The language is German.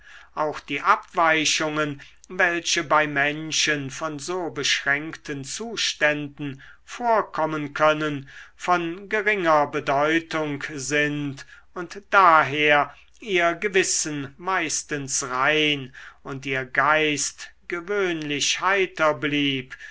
auch die abweichungen welche bei menschen von so beschränkten zuständen vorkommen können von geringer bedeutung sind und daher ihr gewissen meistens rein und ihr geist gewöhnlich heiter blieb